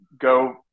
go